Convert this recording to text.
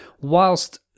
whilst